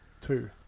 Two